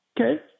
Okay